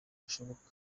hashoboka